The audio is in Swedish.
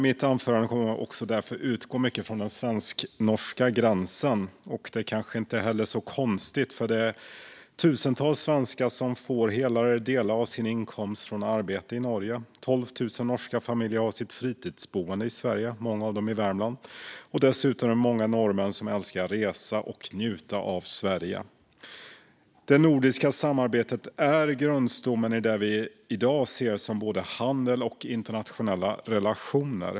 Mitt anförande kommer därför att handla mycket om den svensk-norska gränsen, och det är kanske inte så konstigt. Tusentals svenskar får ju hela eller delar av sin inkomst från arbete i Norge, och 12 000 norska familjer har sitt fritidsboende i Sverige, många i Värmland. Dessutom är det många norrmän som älskar att resa i och njuta av Sverige. Det nordiska samarbetet är grundstommen i det vi i dag ser som både handel och internationella relationer.